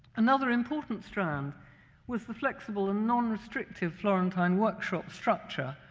another important strand was the flexible and non-restrictive florentine workshop structure,